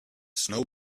snow